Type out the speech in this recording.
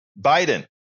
Biden